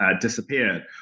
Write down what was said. disappeared